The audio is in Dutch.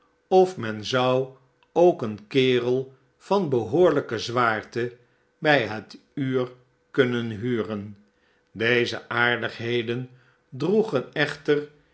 of men zou ook een kerel van behoorlijke zwaarte bij het uur kunnen huren deze aardigheden droegen echter